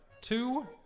two